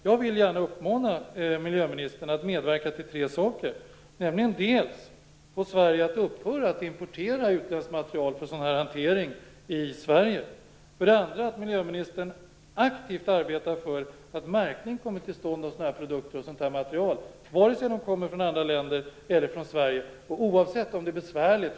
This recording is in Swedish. Jag vill gärna uppmana miljöministern att medverka till tre saker. För det första att få Sverige att upphöra att importera utländskt material för sådan hantering i Sverige. För det andra att miljöministern aktivt arbetar för att märkning kommer till stånd av sådana produkter av sådant material - vare sig de kommer från andra länder eller Sverige och oavsett om det är besvärligt.